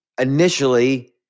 initially